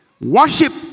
Worship